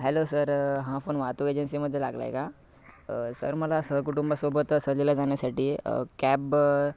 hello sir हा phone वाहतूक एजन्सीमधे लागला आहे का सर मला सहकुटुंब सोबत सहलीला जाण्यासाठी कॅब